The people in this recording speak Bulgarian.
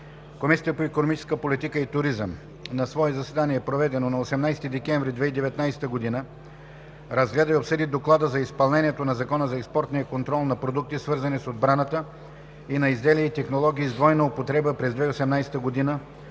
Комисията по икономическа политика и туризъм на свое заседание, проведено на 18 декември 2019 г., разгледа и обсъди Доклад за изпълнението на Закона за експортния контрол на продукти, свързани с отбраната, и на изделия и технологии с двойна употреба през 2018 г.